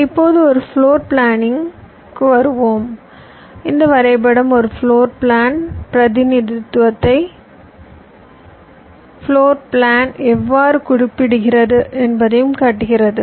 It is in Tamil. இப்போது ஒரு ஃப்ளோர் பிளானிங்க்கு வருவோம் இந்த வரைபடம் ஒரு ஃப்ளோர் பிளான் பிரதிநிதித்துவத்தையும் ஃப்ளோர் பிளான் எவ்வாறு குறிப்பிடப்படுகிறது என்பதையும் காட்டுகிறது